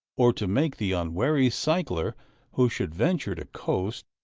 or to make the unwary cycler who should venture to coast,